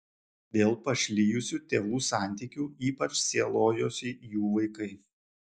dėl pašlijusių tėvų santykių ypač sielojosi jų vaikai